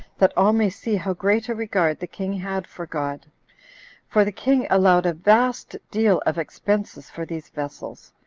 that all may see how great a regard the king had for god for the king allowed a vast deal of expenses for these vessels,